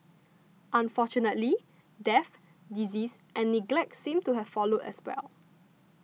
unfortunately death disease and neglect seemed to have followed as well